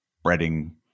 spreading